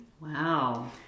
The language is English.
Wow